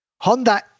Honda